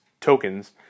tokens